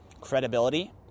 credibility